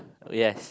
yes